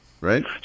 right